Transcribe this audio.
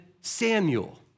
Samuel